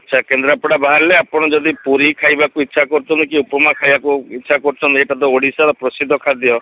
ଆଚ୍ଛା କେନ୍ଦ୍ରାପଡ଼ା ବାହାରିଲେ ଆପଣ ଯଦି ପୁରୀ ଖାଇବାକୁ ଇଚ୍ଛା କରୁଛନ୍ତି କି ଉପମା ଖାଇବାକୁ ଇଚ୍ଛା କରୁଛନ୍ତି ତା'ହେଲେ ଓଡ଼ିଶାର ପ୍ରସିଦ୍ଧ ଖାଦ୍ୟ